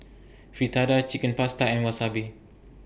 Fritada Chicken Pasta and Wasabi